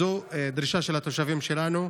זו דרישה של התושבים שלנו.